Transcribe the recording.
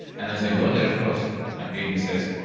and as i go there, of course, my a d. says,